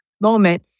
moment